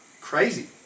crazy